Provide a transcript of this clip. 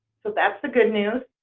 so that's the good news.